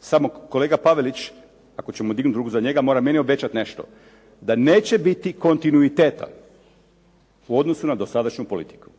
Samo kolega Pavelić, ako ćemo dignuti ruku za njega, mora meni obećati nešto, da neće biti kontinuiteta u odnosu na dosadašnju politiku.